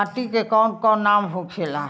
माटी के कौन कौन नाम होखे ला?